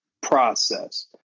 process